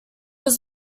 was